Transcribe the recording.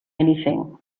anything